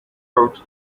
out